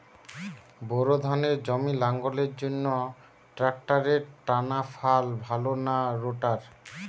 Bore ধানের জমি লাঙ্গলের জন্য ট্রাকটারের টানাফাল ভালো না রোটার?